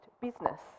business